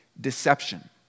deception